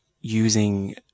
using